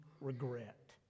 regret